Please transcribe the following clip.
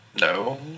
No